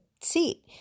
seat